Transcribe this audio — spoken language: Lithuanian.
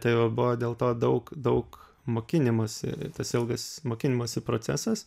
tai va buvo dėl to daug daug mokinimosi tas ilgas mokinimosi procesas